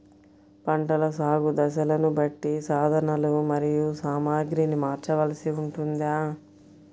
పంటల సాగు దశలను బట్టి సాధనలు మరియు సామాగ్రిని మార్చవలసి ఉంటుందా?